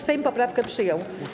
Sejm poprawkę przyjął.